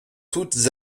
toutes